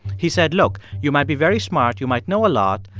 he said, look, you might be very smart. you might know a lot.